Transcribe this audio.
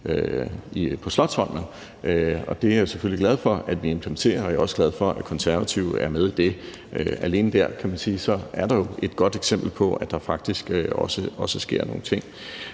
på Slotsholmen, og det er jeg selvfølgelig glad for at vi implementerer, og jeg er også glad for, at Konservative var med i det. Alene dér kan man sige at der er et godt eksempel på, at der faktisk også sker nogle ting.